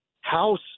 house